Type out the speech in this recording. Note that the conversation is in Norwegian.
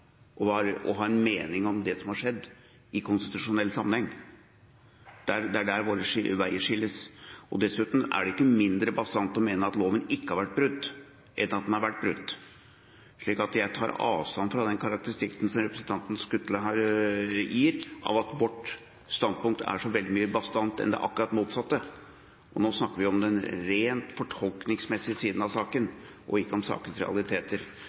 og for å ha en mening om det som har skjedd i konstitusjonell sammenheng. Det er der våre veier skilles. Dessuten er det ikke mindre bastant å mene at loven ikke har vært brutt, enn at den har vært brutt. Så jeg tar avstand fra den karakteristikken som representanten Skutle her gir av at vårt standpunkt er så veldig mye mer bastant enn det akkurat motsatte. Og nå snakker vi om den rent fortolkningsmessige sida av saken – ikke om sakens realiteter.